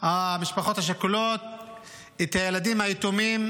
המשפחות השכולות, את הילדים היתומים,